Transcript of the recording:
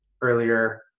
earlier